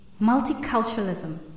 Multiculturalism